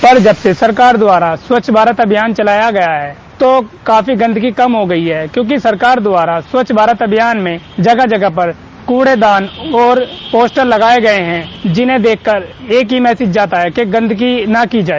पर जब से सरकार द्वारा स्वच्छ भारत अभियान चलाया गया है तो काफी गंदगी कम हो गई है क्योंकि सरकार द्वारा स्वच्छ भारत अभियान में जगह जगह पर कूड़ेदान और पोस्टर लगाए गए हैं जिन्हें देखकर एक ही मैसेज आता है कि गंदगी ना की जाए